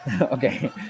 Okay